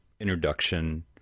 introduction